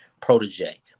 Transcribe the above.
protege